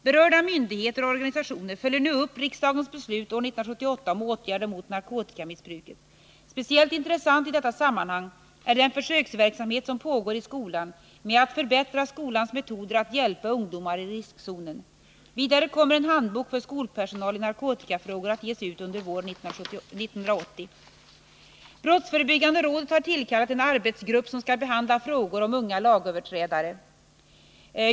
Berörda myndigheter och organisationer följer nu upp riksdagens beslut år 1978 om åtgärder mot narkotikamissbruket. Speciellt intressant i detta sammanhang är den försöksverksamhet som pågår i skolan med att förbättra skolans metoder att hjälpa ungdomar i riskzonen. Vidare kommer en handbok för skolpersonal i narkotikafrågor att ges ut under våren 1980. Brottsförebyggande rådet har tillkallat en arbetsgrupp som skall behandla frågor om unga lagöverträdare.